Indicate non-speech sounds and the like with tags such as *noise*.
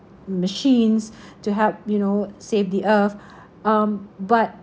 machines *breath* to help you know save the earth *breath* um but